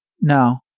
No